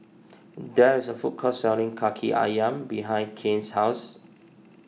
there is a food court selling Kaki Ayam behind Kane's house